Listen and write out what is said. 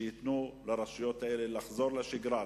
שייתנו לרשויות האלה לחזור לשגרה,